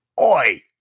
Oi